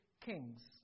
kings